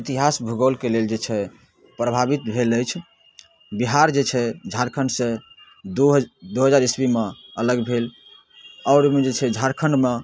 इतिहास भुगोल के लेल जे छै प्रभावित भेल अछि बिहार जे छै झारखण्ड सॅं दू हजार ईस्वीमे अलग भेल आओर जे ओहिमे छै झारखण्डमे